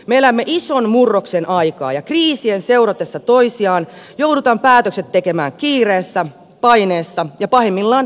me elämme ison murroksen aikaa ja kriisien seuratessa toisiaan joudutaan tekemään päätökset kiireessä paineessa ja pahimmillaan lyhytnäköisesti